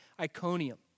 Iconium